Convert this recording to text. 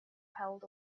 held